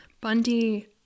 bundy